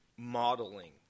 Modeling